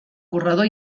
corredor